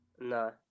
no